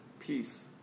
peace